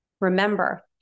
Remember